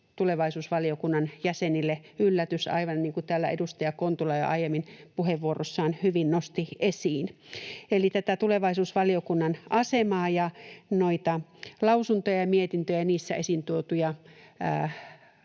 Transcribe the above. tulevaisuusvaliokunnan jäsenille yllätys, aivan niin kuin täällä edustaja Kontula jo aiemmin puheenvuorossaan hyvin nosti esiin. Eli tätä tulevaisuusvaliokunnan asemaa ja noita lausuntoja ja mietintöjä ja niissä esiin tuotuja